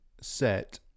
set